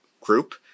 group